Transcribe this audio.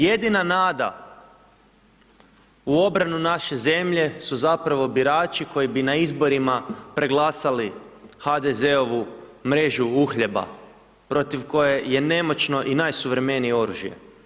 Jedina nada u obranu naše zemlje su zapravo birači koji bi na izborima preglasali HDZ-ovu mrežu uhljeba protiv koje je nemoćno i najsuvremenije oružje.